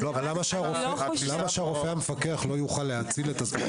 למה שהרופא המפקח לא יוכל להאציל את ההרשאה האישית?